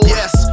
yes